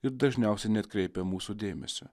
ir dažniausiai neatkreipia mūsų dėmesio